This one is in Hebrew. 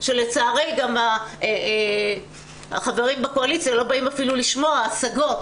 כשלצערי החברים בקואליציה לא באים אפילו לשמוע השגות.